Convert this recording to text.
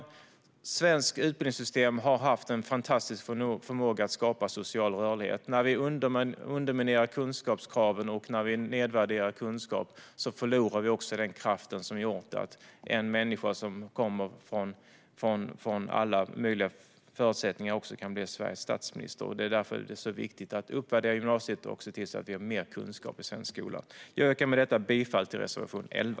Det svenska utbildningssystemet har haft en fantastisk förmåga att skapa social rörlighet. När vi underminerar kunskapskraven och nedvärderar kunskap förlorar vi också den kraft som har gjort att människor som kommer från alla möjliga bakgrunder kan bli Sveriges statsminister. Det är därför som det är så viktigt att uppvärdera gymnasiet och att se till att vi har mer kunskap i svensk skola. Jag yrkar med detta bifall till reservation 11.